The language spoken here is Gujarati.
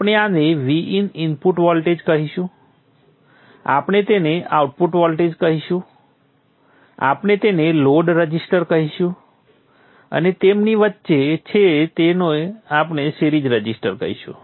આપણે આને Vin ઈનપુટ વોલ્ટેજ કહીશું આપણે તેને આઉટપુટ વોલ્ટેજ કહીશું આપણે તેને લોડ રઝિસ્ટર કહીશું અને તેમની વચ્ચે છે તેને આપણે સિરીઝ રઝિસ્ટર કહીશું